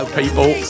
people